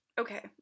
okay